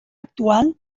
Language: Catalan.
actual